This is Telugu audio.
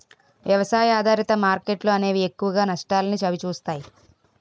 వ్యవసాయ ఆధారిత మార్కెట్లు అనేవి ఎక్కువగా నష్టాల్ని చవిచూస్తాయి